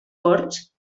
forns